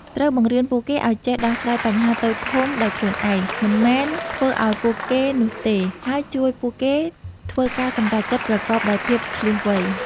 ត្រូវបង្រៀនពួកគេឲ្យចេះដោះស្រាយបញ្ហាតូចធំដោយខ្លួនឯង មិនមែនធ្វើឲ្យពួកគេនោះទេ ហើយជួយពួកគេធ្វើការសម្រេចចិត្តប្រកបដោយភាពឈ្លាសវៃ។